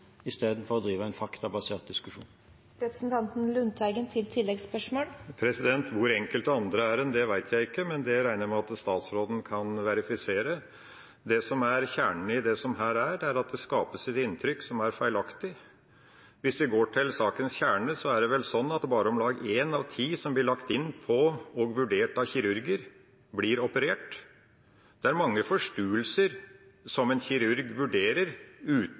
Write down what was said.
å føre en faktabasert diskusjon. Hvor enkelte andre er hen, vet jeg ikke, men det regner jeg med at statsråden kan verifisere. Det som er kjernen i dette, er at det skapes et inntrykk som er feilaktig. Hvis vi går til sakens kjerne, er det vel sånn at bare om lag én av ti som blir innlagt og vurdert av kirurger, blir operert. Det er mange forstuelser som en kirurg vurderer uten